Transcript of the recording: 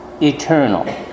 Eternal